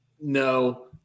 No